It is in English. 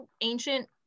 ancient